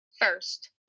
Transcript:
first